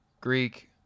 Greek